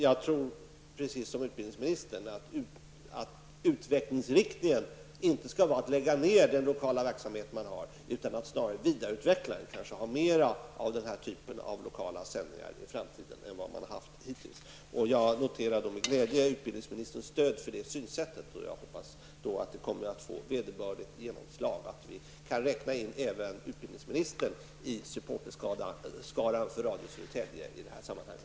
Jag tror, precis som utbildningsministern, att utvecklingsriktningen inte skall vara att lägga ned den lokala verksamhet man har, utan att snarare vidareutveckla den och kanske ha mer av den här typen av lokala sändningar i framtiden än man har haft hittills. Jag noterar med glädje utbildningsministerns stöd för det synsättet. Jag hoppas att det kommer att få vederbörligt genomslag och att vi i det här sammanhanget kan räkna in även utbildningsministern i supporterskaran för Radio Södertälje.